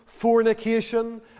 fornication